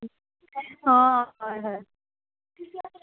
অঁ হয় হয়